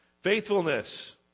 Faithfulness